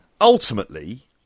ultimately